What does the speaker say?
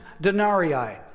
denarii